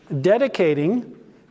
dedicating